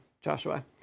Joshua